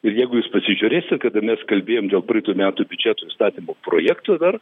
ir jeigu jūs pasižiūrėsit kada mes kalbėjom dėl praeitų metų biudžeto įstatymo projekto dar